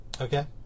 Okay